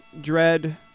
Dread